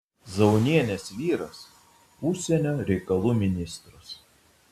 zaunienės vyras užsienio reikalų ministras